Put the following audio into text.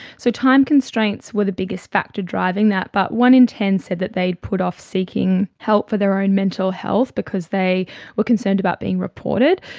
so time constraints were the biggest factor driving that, but one in ten said they put off seeking help for their own mental health because they were concerned about being reported.